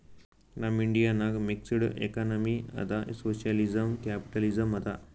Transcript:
ನಮ್ ಇಂಡಿಯಾ ನಾಗ್ mixed economy ಅದಾ ಸೋಶಿಯಲಿಸಂ, ಕ್ಯಾಪಿಟಲಿಸಂ ಅದಾ